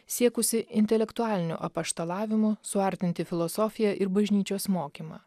siekusi intelektualiniu apaštalavimu suartinti filosofiją ir bažnyčios mokymą